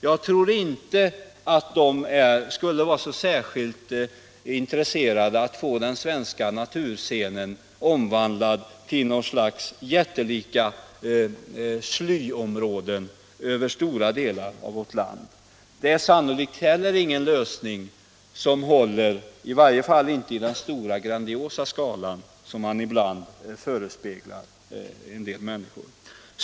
Jag tror inte att de skulle vara så särskilt intresserade av att få den svenska naturscenen omvandlad till något slags jättelika slyområden över stora delar av vårt land. Detta är sannolikt heller ingen lösning som håller, i varje fall inte i den grandiosa skala som man ibland förespeglar människorna.